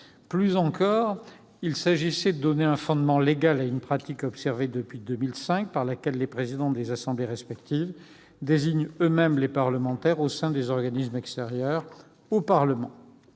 Plus encore, il s'agissait de donner un fondement légal à une pratique observée depuis 2005, par laquelle les présidents des assemblées désignent eux-mêmes les parlementaires appelés à siéger au sein des organismes extérieurs au Parlement.